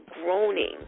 groaning